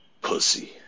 Pussy